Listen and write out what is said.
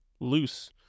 loose